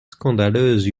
scandaleuse